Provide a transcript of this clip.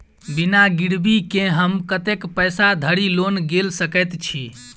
बिना गिरबी केँ हम कतेक पैसा धरि लोन गेल सकैत छी?